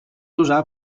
usar